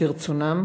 כרצונם